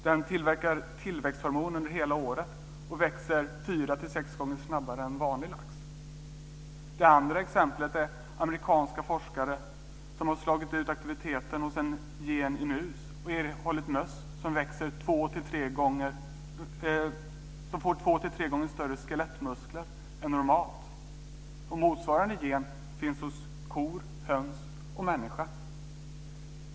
Den tillverkar tillväxthormon under hela året och växer fyra till sex gånger snabbare än vanlig lax. Det andra exemplet är att amerikanska forskare har slagit ut aktiviteten hon en gen i mus och erhållit möss som får två till tre gånger större skelettmuskler än normalt. Motsvarande gen finns hos kor, höns och människa.